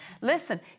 Listen